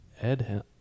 Ed